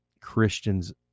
Christians